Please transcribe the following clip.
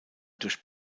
durch